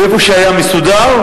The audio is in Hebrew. ואיפה שהיה מסודר,